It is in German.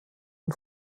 und